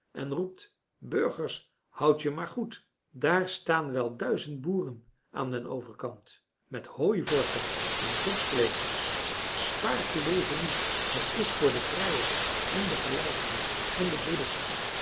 en roept burgers houdt je maar goed daar staan wel duizend boeren aan den overkant met hooivorken en dorschvlegels spaart je leven niet het is voor de vrijheid en de gelijkheid en de broederschap